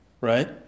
Right